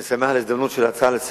אני שמח על ההזדמנות של השאילתא,